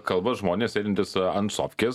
kalba žmonės sėdintys an sofkės